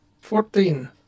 Fourteen